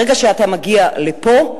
ברגע שאתה מגיע לפה,